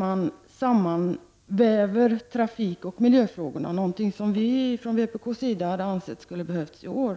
har sammanvävt trafikoch miljöfrågorna. Det är något som vi i vpk anser hade behövts i år.